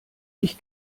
ich